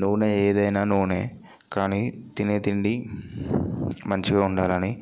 నూనె ఏదైనా నూనె కానీ తినే తిండి మంచిగా ఉండాలని